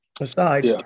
aside